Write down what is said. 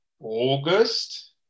August